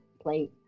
play